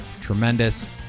tremendous